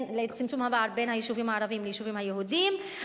לצמצום הפער בין היישובים הערביים ליישובים יהודיים,